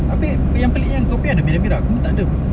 tapi apa yang pelik kan kau punya ada yang merah merah ku punya takde pun